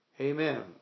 Amen